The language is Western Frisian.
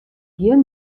gjin